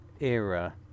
era